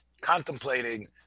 contemplating